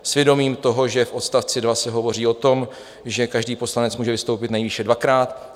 S vědomím toho, že v odstavci 2 se hovoří o tom, že každý poslanec může vystoupit nejvýše dvakrát.